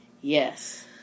Yes